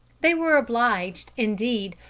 they were obliged, indeed,